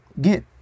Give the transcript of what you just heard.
get